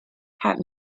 had